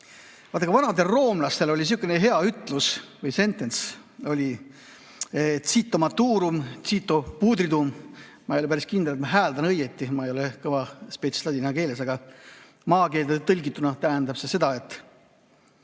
vanadel roomlastel oli sihuke hea ütlus või sentents:cito maturum, cito putridum. Ma ei ole päris kindel, kas ma hääldan õigesti, ma ei ole kõva spets ladina keeles, aga maakeelde tõlgituna tähendab see seda, et